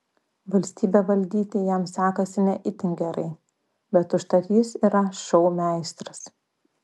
valstybę valdyti jam sekasi ne itin gerai bet užtat jis yra šou meistras